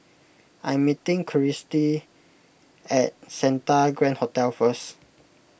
I am meeting Kirstie at Santa Grand Hotel first